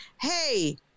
Hey